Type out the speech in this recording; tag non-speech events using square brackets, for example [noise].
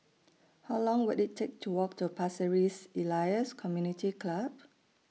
How Long Will IT Take to Walk to Pasir Ris Elias Community Club [noise]